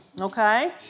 Okay